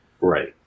Right